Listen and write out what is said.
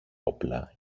όπλα